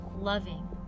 loving